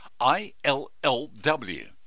ILLW